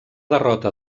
derrota